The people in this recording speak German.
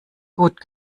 gut